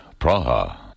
Praha